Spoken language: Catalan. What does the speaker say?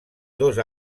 dos